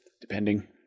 depending